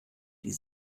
die